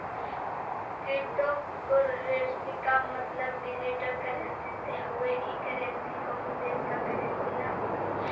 cryptocurrency क मतलब digital currency से हउवे ई करेंसी कउनो देश क करेंसी न होला